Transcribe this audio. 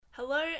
Hello